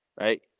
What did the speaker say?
right